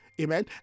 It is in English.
amen